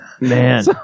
man